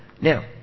now